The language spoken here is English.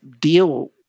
deal